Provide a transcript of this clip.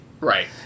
Right